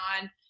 on